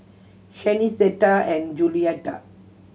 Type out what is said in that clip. Shanice Zetta and Juliette